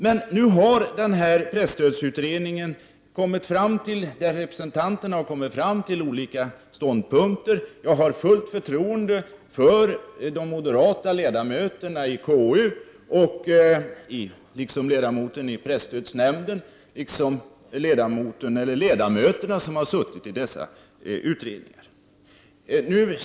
Representanten i presstödsutredningen har redovisat olika ståndpunkter. Jag har fullt förtroende för de moderata ledamöterna i konstitutionsutskottet, för ledamoten i presstödsnämnden och för de ledamöter som har suttit med i de aktuella utredningarna.